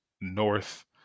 north